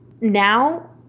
now